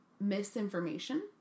misinformation